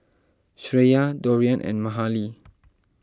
Shreya Dorian and Mahalie